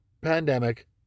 pandemic